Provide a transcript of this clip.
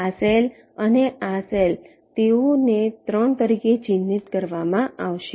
આ સેલ અને આ સેલ તેઓને 3 તરીકે ચિહ્નિત કરવામાં આવશે